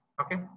okay